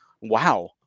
wow